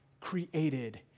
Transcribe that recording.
created